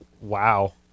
Wow